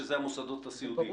שאלה המוסדות הסיעודיים.